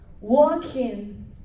Walking